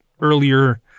earlier